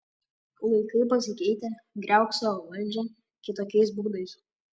laikai pasikeitė griauk savo valdžią kitokiais būdais